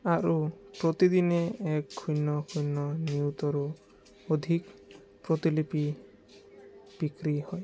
আৰু প্ৰতিদিনেই এক শূন্য শূন্য নিউজৰো অধিক প্ৰতিলিপি বিক্ৰী হয়